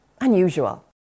unusual